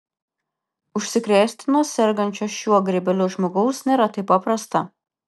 užsikrėsti nuo sergančio šiuo grybeliu žmogaus nėra taip paprasta